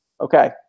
Okay